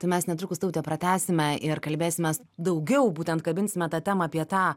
tai mes netrukus taute pratęsime ir kalbėsimės daugiau būtent kabinsime tą temą apie tą